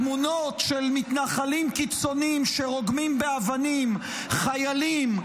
תמונות של מתנחלים קיצוניים שרוגמים באבנים חיילים,